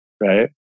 right